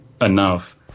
enough